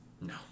No